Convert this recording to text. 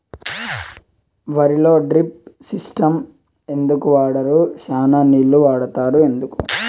వరిలో drip system ఎందుకు వాడరు? చానా నీళ్లు వాడుతారు ఎందుకు?